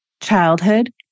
childhood